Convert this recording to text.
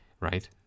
right